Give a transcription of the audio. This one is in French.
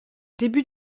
début